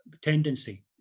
tendency